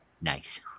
Nice